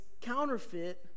counterfeit